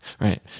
Right